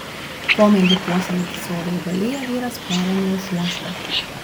pomėgį puoselėti sodo augaliją vyras perėmė iš uošvio